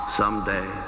someday